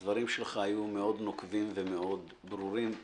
הדברים שלך היו מאוד נוקבים ומאוד ברורים.